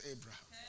Abraham